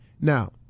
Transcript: Now